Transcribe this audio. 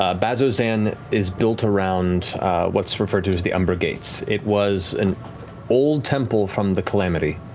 ah bazzoxan is built around what's referred to as the umbra gates. it was an old temple from the calamity,